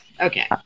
Okay